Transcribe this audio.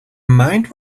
mind